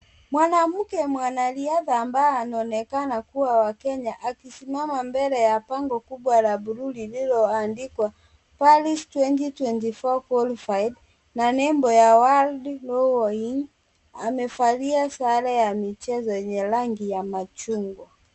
Mwanamke mwanariadha ambaye anaonekana kuwa wa Kenya akisimama mbele ya bango kubwa la blue lililoandikwa Paris 2024 qualified na nembo ya World rowing. Amevalia sare ya michezo yenye rangi ya machungwa.